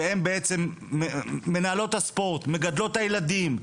שהן בעצם מנהלות הספורט, מגדלות הילדים.